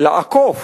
לעקוף